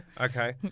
Okay